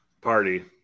party